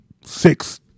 six